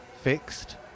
fixed